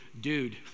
dude